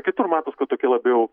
kitur matos kad tokie labiau